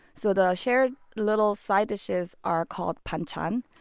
so the shared little side dishes are called banchan,